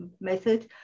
method